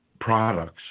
products